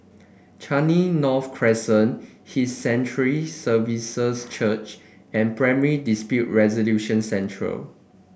Changi North Crescent His Sanctuary Services Church and Primary Dispute Resolution Centre